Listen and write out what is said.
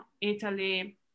Italy